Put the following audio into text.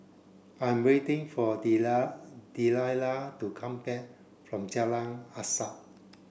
I'm waiting for Delilah to come back from Jalan Asas